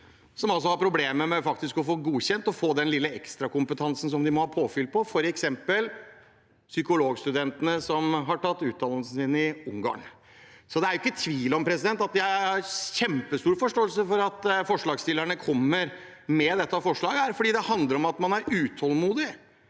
EU, har problemer med å få den godkjent og få den lille ekstrakompetansen som de må ha som påfyll, f.eks. psykologstudentene som har tatt utdannelsen sin i Ungarn. Det er det ikke tvil om. Jeg har kjempestor forståelse for at forslagsstillerne kommer med dette forslaget, for det handler om at man er utålmodig.